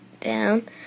down